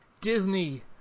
Disney